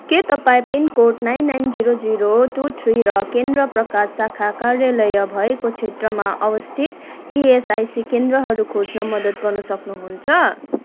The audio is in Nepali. के तपाईँँ pin code nine nine zero zero two three र केन्द्र प्रकार शाखा कार्यालय भएको क्षेत्रमा अवस्थित इएसआइसी केन्द्रहरू खोज्न मद्दत गर्न सक्नुहुन्छ